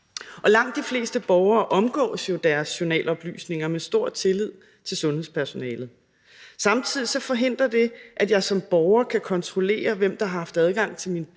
Langt de fleste borgere omgås jo deres journaloplysninger med stor tillid til sundhedspersonalet. Samtidig forhindrer det, at jeg som borger kan kontrollere, hvem der har haft adgang til